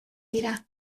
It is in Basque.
dira